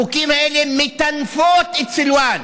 החוקים האלה מטנפים את סלוואן,